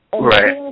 Right